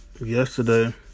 Yesterday